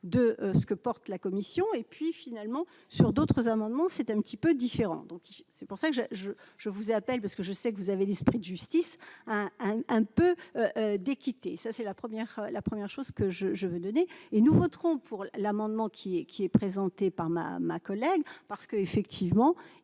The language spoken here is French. de ce que porte la commission et puis finalement sur d'autres amendements, c'est un petit peu différent, donc c'est pour ça que je, je, je vous appelle parce que je sais que vous avez l'esprit de justice a un peu d'équité et ça c'est la première, la première chose que je je veux donner et nous voterons. L'amendement qui est, qui est présenté, par ma ma collègue parce que, effectivement,